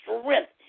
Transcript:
strength